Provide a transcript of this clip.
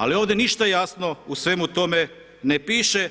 Ali, ovdje ništa jasno u svemu tome ne piše,